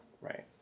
right